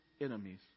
enemies